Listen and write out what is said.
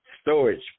storage